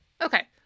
Okay